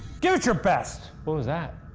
give it your best what was that?